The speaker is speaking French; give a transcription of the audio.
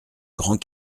grand